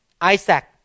Isaac